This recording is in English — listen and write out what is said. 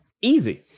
easy